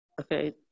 okay